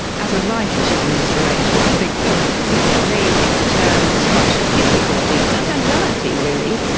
as a writer she is an inspiration. i think but it's amazing to turn so much difficulty and anxiety really,